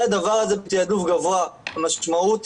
רוב המכשירים נמצאים במרכז,